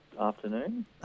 afternoon